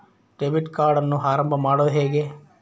Debit ಕಾರ್ಡನ್ನು ಆರಂಭ ಮಾಡೋದು ಹೇಗೆ?